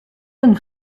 een